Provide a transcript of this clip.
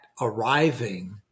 arriving